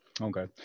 Okay